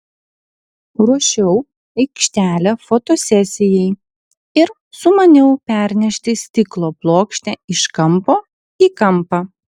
ruošiau aikštelę fotosesijai ir sumaniau pernešti stiklo plokštę iš kampo į kampą